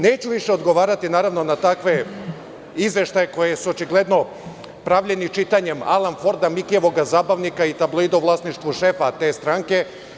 Neću više odgovarati na takve izveštaje koji su očigledno pravljeni čitanjem Alan Forda, Mikijevog zabavnika i tabloida u vlasništvu šefa te stranke.